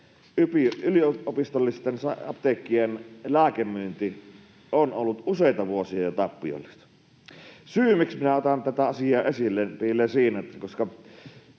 Yliopistollisten apteekkien lääkemyynti on ollut jo useita vuosia tappiollista. Syy, miksi minä otan tätä asiaa esille, piilee